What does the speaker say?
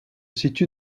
situe